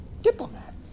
diplomat